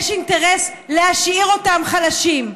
יש אינטרס להשאיר אותם חלשים,